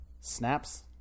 snaps